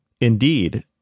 Indeed